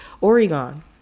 Oregon